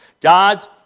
God's